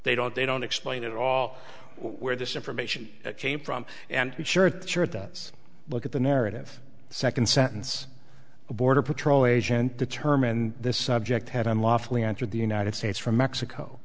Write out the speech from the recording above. they don't they don't explain at all where this information came from and sure sure it does look at the narrative second sentence a border patrol agent determined this subject had unlawfully entered the united states from mexico